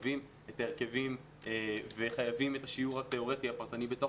חייבים את ההרכבים וחייבים את השיעור התיאורטי הפרטני בתוך